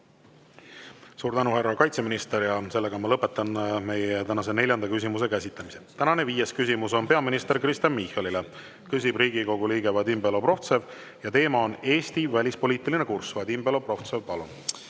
Suur tänu, härra kaitseminister! Ma lõpetan meie tänase neljanda küsimuse käsitlemise. Tänane viies küsimus on peaminister Kristen Michalile. Küsib Riigikogu liige Vadim Belobrovtsev ja teema on Eesti välispoliitiline kurss. Vadim Belobrovtsev, palun!